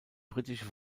britische